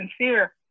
sincere